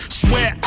swear